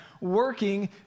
working